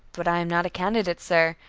but i am not a candidate, sir,